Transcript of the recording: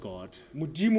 God